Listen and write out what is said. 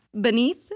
Beneath